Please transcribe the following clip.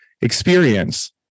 experience